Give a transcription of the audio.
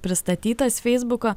pristatytas feisbuko